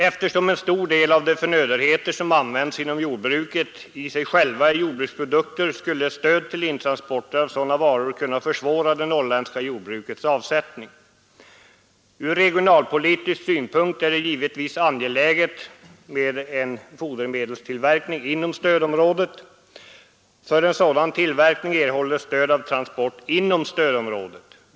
Eftersom en stor del av de förnödenheter som används inom jordbruket i sig själva är jordbruksprodukter, skulle ett stöd till intransporter av sådana varor kunna försvåra det norrländska jordbrukets avsättning. Ur regionalpolitisk synpunkt är det givetvis angeläget med en fodermedelstillverkning inom stödområdet. För sådan tillverkning erhålls stöd för transporter inom stödområdet.